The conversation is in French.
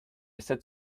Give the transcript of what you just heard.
sept